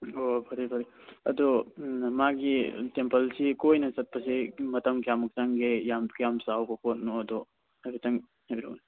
ꯑꯣ ꯐꯔꯦ ꯐꯔꯦ ꯑꯗꯣ ꯃꯥꯒꯤ ꯇꯦꯝꯄꯜꯁꯤ ꯀꯣꯏꯅ ꯆꯠꯄꯁꯦ ꯃꯇꯝ ꯀꯌꯥꯃꯨꯛ ꯆꯪꯒꯦ ꯀꯌꯥꯝ ꯆꯥꯎꯕ ꯄꯣꯠꯅꯣꯗꯣ ꯍꯥꯏꯐꯦꯠꯇꯪ ꯍꯥꯏꯕꯤꯔꯛꯑꯣꯅꯦ